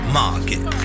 market